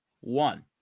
one